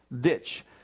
ditch